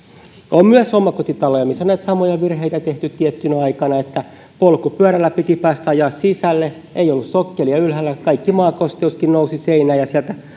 on myös omakotitaloja missä on näitä samoja virheitä tehty tiettynä aikana kun polkupyörällä piti päästä ajamaan sisälle ei ollut sokkelia ylhäällä kaikki maakosteuskin nousi seinään ja sieltä